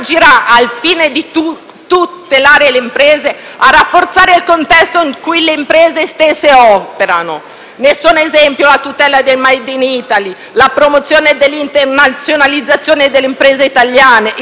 il contesto in cui le imprese stesse operano. Ne sono esempio la tutela del *made in Italy*, la promozione dell'internazionalizzazione delle imprese italiane, il rafforzamento del piano impresa 4.0,